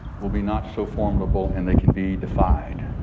will be not so formidable and they can be defied.